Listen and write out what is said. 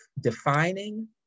defining